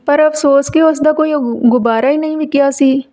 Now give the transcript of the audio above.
ਪਰ ਅਫਸੋਸ ਕੇ ਉਸ ਦਾ ਕੋਈ ਉਹ ਗੁਬਾਰਾ ਹੀ ਨਹੀਂ ਵਿਕਿਆ ਸੀ